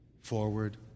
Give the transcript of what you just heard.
forward